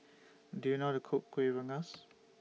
Do YOU know How to Cook Kuih Rengas